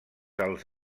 als